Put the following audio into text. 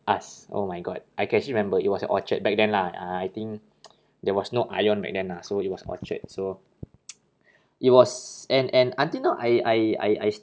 us oh my god I can still remember it was at orchard back then lah uh I think there was no ion back then lah so it was orchard so it was and and until now I I I I